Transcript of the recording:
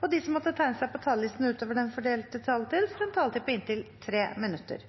og de som måtte tegne seg på talerlisten utover den fordelte taletid, får også en taletid på inntil 3 minutter.